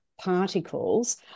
particles